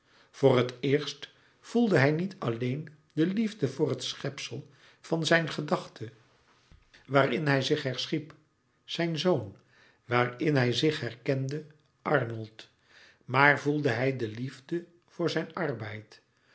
voor het eerst voelde hij niet alleen de liefde voor het schepsel van zijn gedachte waarin hij zich herschiep zijn zoon waarin hij zich herkende arnold maar voelde hij de liefde voor zijn arbeid